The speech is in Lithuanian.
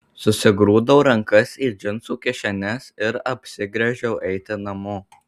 susigrūdau rankas į džinsų kišenes ir apsigręžiau eiti namo